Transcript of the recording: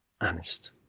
honest